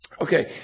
Okay